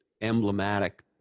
emblematic